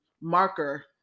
marker